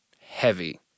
Heavy